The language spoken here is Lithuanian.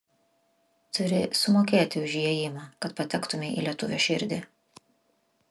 turi sumokėti už įėjimą kad patektumei į lietuvio širdį